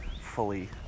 fully